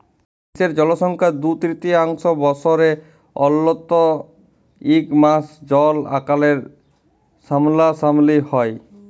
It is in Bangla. বিশ্বের জলসংখ্যার দু তিরতীয়াংশ বসরে অল্তত ইক মাস জল আকালের সামলাসামলি হ্যয়